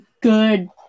good